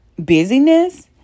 Busyness